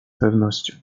pewnością